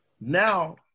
Now